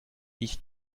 ich